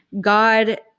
God